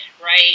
right